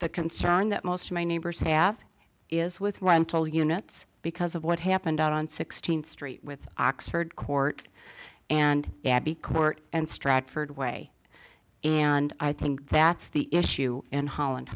the concern that most of my neighbors have is with rental units because of what happened out on sixteenth street with oxford court and abbey court and stratford way and i think that's the issue in holland